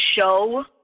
show